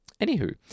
Anywho